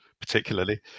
particularly